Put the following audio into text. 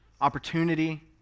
opportunity